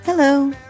Hello